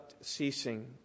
ceasing